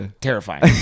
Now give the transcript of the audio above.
terrifying